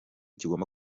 kigomba